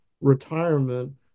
retirement